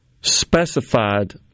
specified